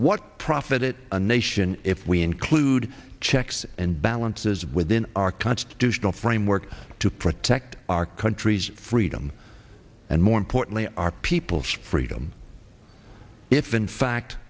what profit it a nation if we include checks and balances within our constitutional framework to protect our country's freedom and more importantly our people's freedom if in fact